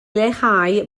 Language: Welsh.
leihau